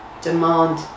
demand